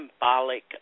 symbolic